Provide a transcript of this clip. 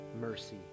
mercy